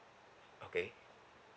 okay